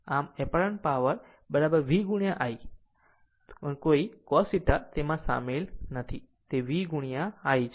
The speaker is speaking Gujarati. આમ એપારન્ત પાવર V I આમ કોઈ cos θ તેમાં શામેલ નથી તે V I છે